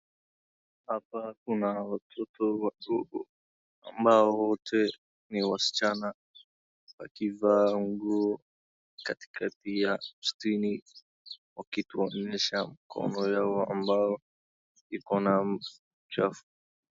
Hapa kuna watoto ambao wote ni wasichana wakivaa nguo katikati ya msituni wakituonyesha mkono yao ambao iko na uchafu.